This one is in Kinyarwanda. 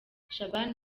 shaban